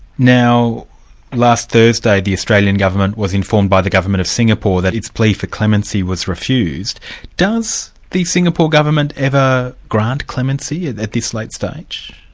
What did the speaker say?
now last thursday, the australian government was informed by the government of singapore that its plea for clemency was refused. does the singapore government ever grant clemency and at this late stage?